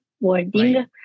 wording